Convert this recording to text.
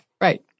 Right